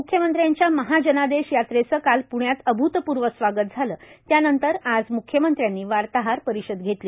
म्ख्यमंत्र्यांच्या महाजनादेश यात्रेचं काल प्ण्यात अभूतपूर्व स्वागत झालं त्यानंतर आज म्ख्यमंत्र्यांनी वार्ताहर परिषद घेतली